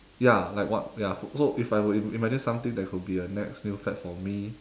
ya like what ya so if I were to imagine something that could be a next new fad for me